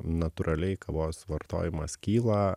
natūraliai kavos vartojimas kyla